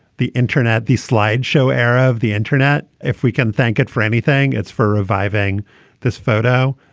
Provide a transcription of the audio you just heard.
the internet, the slide show era of the internet. if we can thank it for anything, it's for reviving this photo.